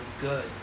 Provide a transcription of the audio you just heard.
good